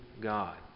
God